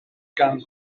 gan